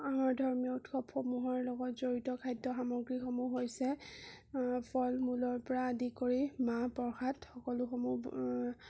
ধৰ্মীয় উৎসৱসমূহৰ লগত জড়িত খাদ্য সামগ্ৰীসমূহ হৈছে ফল মূলৰ পৰা আদি কৰি মাহ প্ৰসাদ সকলোসমূহ